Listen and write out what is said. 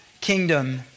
kingdom